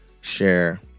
share